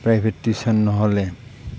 private tuition নহ'লে